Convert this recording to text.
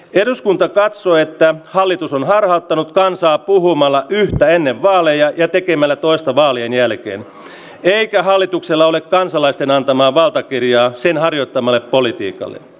eduskunta katsoo että hallitus on harhauttanut kansaa puhumalla yhtä ennen vaaleja ja tekemällä toista vaalien jälkeen eikä hallituksella ole kansalaisten antamaa valtakirjaa sen harjoittamalle politiikalle